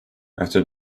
after